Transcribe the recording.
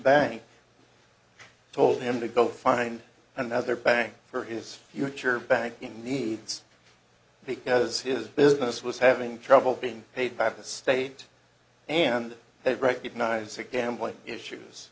bank told him to go find another bank for his future banking needs because his business was having trouble being paid by the state and they recognize the gambling issues